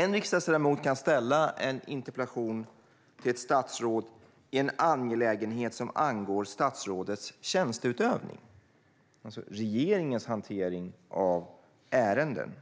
En riksdagsledamot kan ställa en interpellation till ett statsråd i en angelägenhet som angår statsrådets tjänsteutövning, alltså regeringens hantering av ärenden.